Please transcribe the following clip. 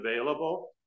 available